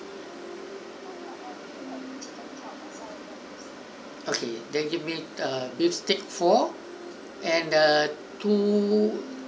okay then give uh me beef steak four and err two